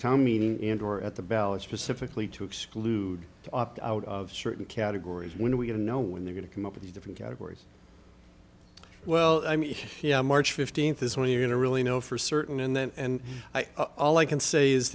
tom meaning and or at the bell is specifically to exclude opt out of certain categories when we don't know when they're going to come up with these different categories well i mean march fifteenth is when you're going to really know for certain and then and all i can say is